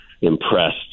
impressed